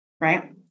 right